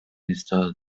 minister